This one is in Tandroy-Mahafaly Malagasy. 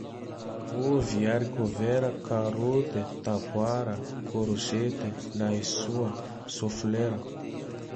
Ovy, harikôvera, karôte, taboara, korozete, laisoa, soflera.